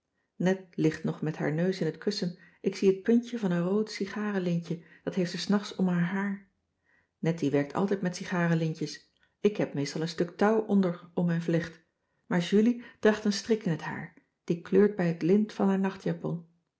net ligt nog met haar neus in t kussen ik zie het puntje van een rood sigarelintje dat heeft ze s nachts om haar haar nettie werkt altijd met sigarelintjes ik heb meestal een stuk touw onder om mijn vlecht maar julie draagt een strik in t haar die kleurt bij het lint van haar nachtjapon